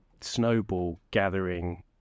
snowball-gathering